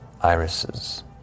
irises